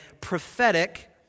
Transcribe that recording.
prophetic